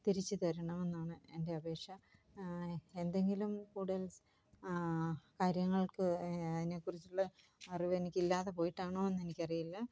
തിരിച്ചു തരണമെന്നാണ് എൻ്റെ അപേക്ഷ എന്തെങ്കിലും കൂടുതൽ കാര്യങ്ങൾക്ക് അതിനെക്കുറിച്ചുള്ള അറിവ് എനിക്ക് ഇല്ലാതെ പോയിട്ടാണോ എന്നെനിക്കറിയില്ല